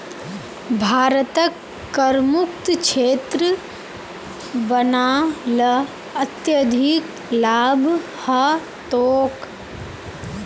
भारतक करमुक्त क्षेत्र बना ल अत्यधिक लाभ ह तोक